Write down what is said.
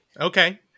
Okay